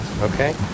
okay